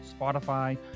Spotify